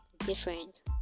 different